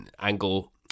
angle